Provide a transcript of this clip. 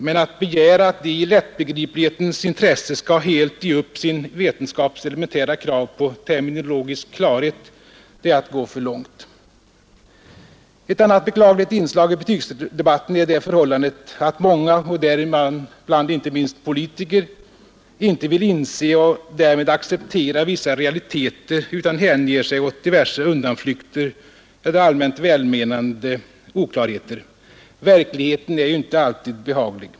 Men att begära att de i lättbegriplighetens intresse skall helt ge upp sin vetenskaps elementära krav på terminologisk klarhet är att gå för långt. Ett annat beklagligt inslag i betygsdebatten är det förhållandet att många — däribland inte minst politiker -- inte vill inse och därmed accepterar vissa realiteter utan hänger sig åt diverse undanflykter eller allmänt välmenande oklarheter. Verkligheten är ju inte alltid behaglig.